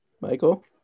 Michael